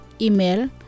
Email